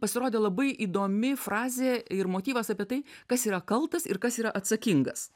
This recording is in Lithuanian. pasirodė labai įdomi frazė ir motyvas apie tai kas yra kaltas ir kas yra atsakingas